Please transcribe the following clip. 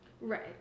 Right